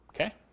okay